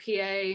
PA